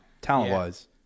talent-wise